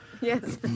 Yes